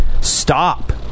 stop